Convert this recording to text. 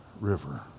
River